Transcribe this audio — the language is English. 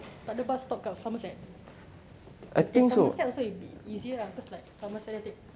tak de bus stop dekat somerset somerset also will be easier ah because like somerset have take